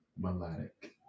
melodic